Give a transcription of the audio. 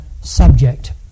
subject